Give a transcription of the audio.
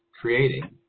creating